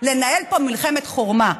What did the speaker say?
לנהל פה מלחמת חורמה.